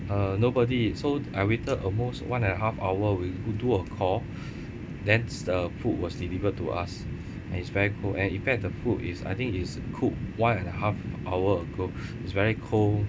uh nobody so I waited almost one and a half hour with we do a call then s~ the food was delivered to us and it's very cold and in fact the food is I think is cooked one and a half hour ago it's very cold